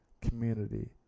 community